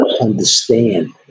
understand